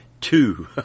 Two